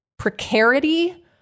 precarity